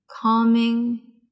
Calming